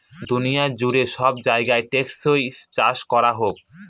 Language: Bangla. দুনিয়া জুড়ে সব জায়গায় টেকসই চাষ করা হোক